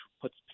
puts